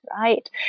right